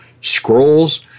scrolls